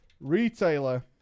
Retailer